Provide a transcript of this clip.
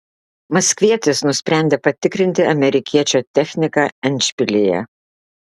maskvietis nusprendė patikrinti amerikiečio techniką endšpilyje